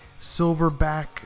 silverback